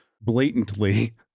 blatantly